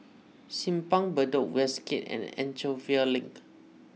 Simpang Bedok Westgate and Anchorvale Link